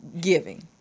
giving